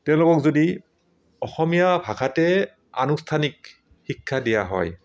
তেওঁলোকক যদি অসমীয়া ভাষাতে আনুষ্ঠানিক শিক্ষা দিয়া হয়